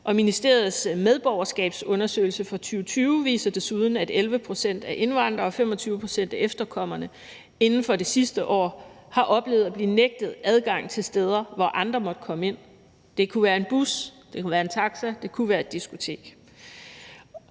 ministeriets medborgerskabsundersøgelse fra 2020 viser desuden, at 11 pct. af indvandrere og 25 pct. af efterkommere inden for det sidste år har oplevet at blive nægtet adgang til steder, hvor andre måtte komme ind. Det kunne være i en bus, det kunne være i en